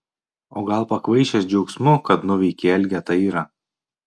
o gal pakvaišęs džiaugsmu kad nuveikei elgetą irą